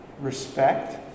respect